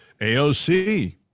AOC